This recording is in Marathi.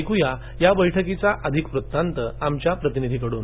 ऐकूया या बैठकीचा अधिक वृत्तांत आमच्या प्रतिनिधीकडून